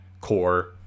core